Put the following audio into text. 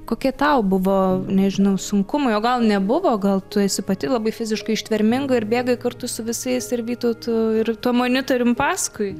kokie tau buvo nežinau sunkumai o gal nebuvo gal tu esi pati labai fiziškai ištverminga ir bėgai kartu su visais ir vytautu ir tuo monitorium paskui